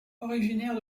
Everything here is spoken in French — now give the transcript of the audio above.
originaire